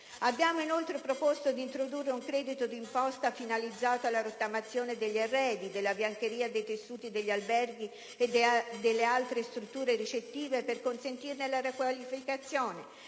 Abbiamo inoltre proposto di introdurre un credito d'imposta finalizzato alla rottamazione degli arredi, della biancheria, dei tessuti degli alberghi e delle altre strutture ricettive per consentirne la riqualificazione,